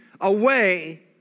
away